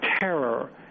terror